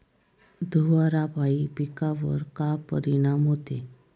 धुवारापाई पिकावर का परीनाम होते?